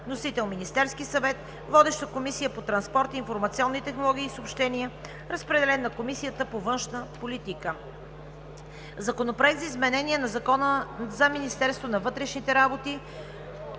Вносител – Министерският съвет. Водеща е Комисията по транспорт, информационни технологии и съобщения. Разпределен е на Комисията по външна политика. Законопроект за изменение на Закона за Министерството на вътрешните работи.